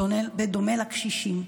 בדומה לקשישים.